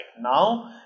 Now